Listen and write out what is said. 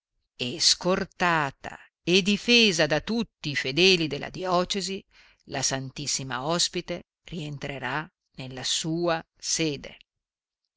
e scortata e difesa da tutti i fedeli della diocesi la ss ospite rientrerà nella sua sede